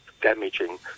damaging